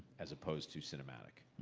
as opposed to cinematic.